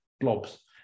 blobs